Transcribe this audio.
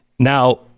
now